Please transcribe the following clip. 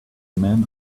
man